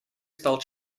стал